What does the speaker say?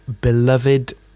beloved